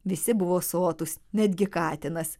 visi buvo sotūs netgi katinas